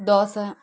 dosa